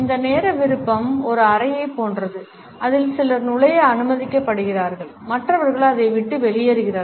இந்த நேர விருப்பம் ஒரு அறையைப் போன்றது அதில் சிலர் நுழைய அனுமதிக்கப்படுகிறார்கள் மற்றவர்கள் அதை விட்டு வெளியேறுகிறார்கள்